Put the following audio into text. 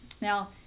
Now